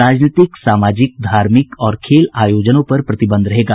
राजनीतिक सामाजिक धार्मिक और खेल आयोजनों पर प्रतिबंध रहेगा